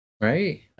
Right